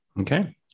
Okay